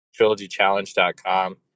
trilogychallenge.com